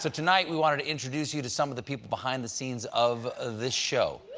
so tonight, we wanted to introduce you to some of the people behind the scenes of of the show.